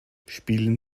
spielen